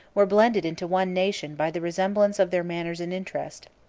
were blended into one nation by the resemblance of their manners and interest.